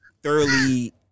Thoroughly